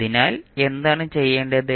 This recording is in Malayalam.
അതിനാൽ എന്താണ് ചെയ്യേണ്ടത്